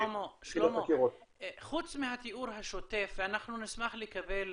שלמה, חוץ מהתיאור השוטף, ואנחנו נשמח לקבל